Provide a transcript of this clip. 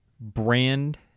Brand